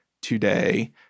today